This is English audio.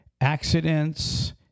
accidents